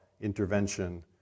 intervention